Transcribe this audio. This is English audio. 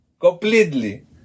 completely